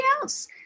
else